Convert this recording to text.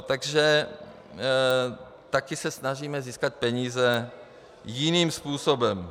Takže taky se snažíme získat peníze jiným způsobem.